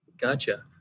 Gotcha